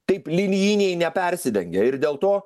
taip linijiniai nepersidengia ir dėl to